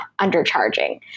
undercharging